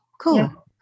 cool